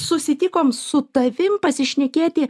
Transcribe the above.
susitikom su tavim pasišnekėti